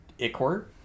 ichor